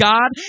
God